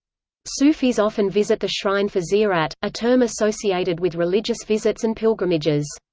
sufis often visit the shrine for ziyarat, a term associated with religious visits and pilgrimages.